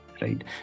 right